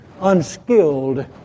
unskilled